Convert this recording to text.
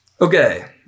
okay